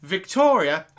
Victoria